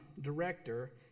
director